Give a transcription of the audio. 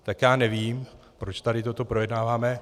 Tak já nevím, proč tady toto projednáváme.